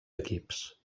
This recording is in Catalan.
equips